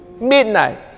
midnight